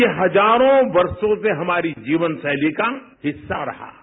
ये हजारों वर्षो से हमारी जीवन शैली का हिस्सा रहा है